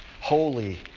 holy